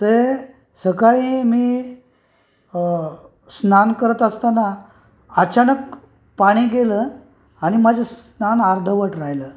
ते सकाळी मी स्नान करत असताना अचानक पाणी गेलं आणि माझं स्नान अर्धवट राहिलंय